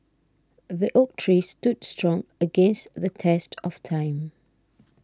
the oak tree stood strong against the test of time